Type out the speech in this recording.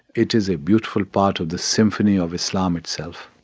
it is a beautiful part of the symphony of islam itself